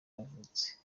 yavutse